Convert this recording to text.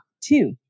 two